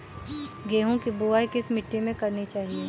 गेहूँ की बुवाई किस मिट्टी में करनी चाहिए?